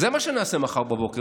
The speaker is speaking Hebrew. זה מה שנעשה מחר בבוקר,